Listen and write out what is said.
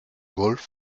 golf